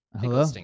Hello